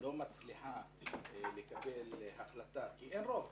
לא מצליחה לקבל החלטה, כי אין רוב